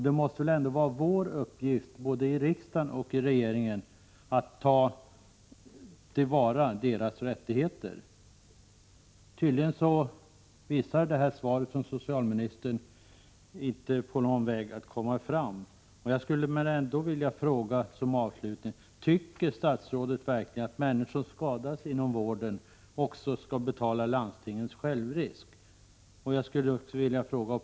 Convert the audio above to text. Det måste väl ändå vara en uppgift både för riksdagen och regeringen att ta till vara dessa människors rättigheter. Socialministerns svar visar inte på någon väg att komma fram, men jag skulle ändå vilja fråga som avslutning: Tycker statsrådet verkligen att människor som skadas inom vården också skall betala landstingens självrisk?